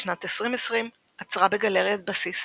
בשנת 2020 אצרה בגלריית בסיס,